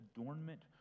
adornment